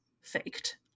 faked